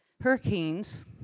Hurricanes